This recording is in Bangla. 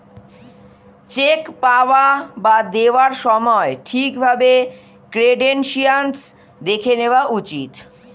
চেক পাওয়া বা দেওয়ার সময় ঠিক ভাবে ক্রেডেনশিয়াল্স দেখে নেওয়া উচিত